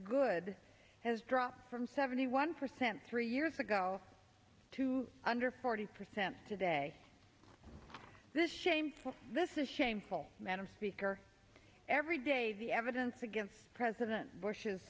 good has dropped from seventy one percent three years ago to under forty percent today this shameful this is shameful madam speaker every day the evidence against president bush's